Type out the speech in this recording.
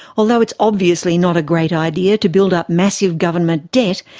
although it's obviously not a great idea to build up massive government debt,